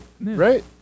Right